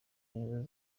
nk’izo